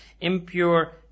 Impure